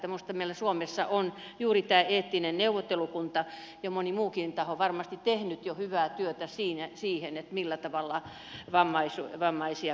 minusta meillä suomessa on juuri tämä eettinen neuvottelukunta ja moni muukin taho varmasti tehnyt jo hyvää työtä siihen millä tavalla vammaisia kohdellaan